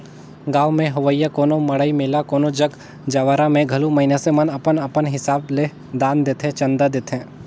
गाँव में होवइया कोनो मड़ई मेला कोनो जग जंवारा में घलो मइनसे मन अपन अपन हिसाब ले दान देथे, चंदा देथे